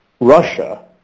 Russia